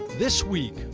this week,